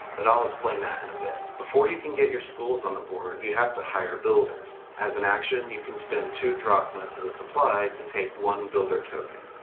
but i'll explain that in a bit. before you can get your schools on the board, you have to hire builders. builders. as an action, you can spend two drachma to the supply to take one builder token.